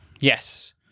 Yes